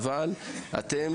אבל אתם